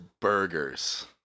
burgers